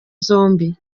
zombi